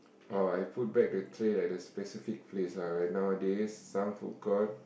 or I put back the tray lah at the specific place lah right nowadays some food courts